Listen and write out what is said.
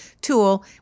tool